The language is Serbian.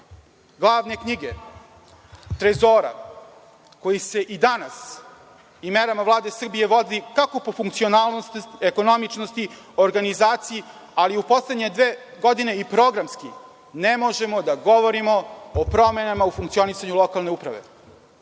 glavne knjige, trezora, koji se i danas i merama Vlade Srbije vodi, kako po funkcionalnosti, ekonomičnosti, organizaciji, ali u poslednje dve godine i programski, ne možemo da govorimo o promenama u funkcionisanju lokalne uprave.